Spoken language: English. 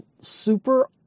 super